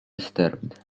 disturbed